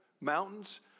mountains